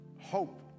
Hope